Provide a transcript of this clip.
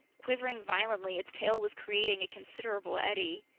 quivering violently, its tail was creating a considerable eddy.